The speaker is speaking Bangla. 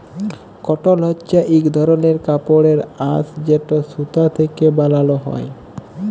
কটল হছে ইক ধরলের কাপড়ের আঁশ যেট সুতা থ্যাকে বালাল হ্যয়